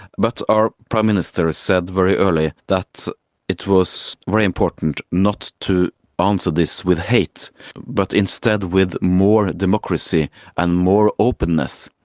but our prime minister has said very early that it was very important not to answer this with hate but instead with more democracy and more openness.